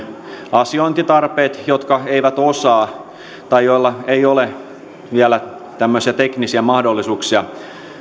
asiointitarpeet jotka eivät osaa tai joilla ei ole vielä teknisiä mahdollisuuksia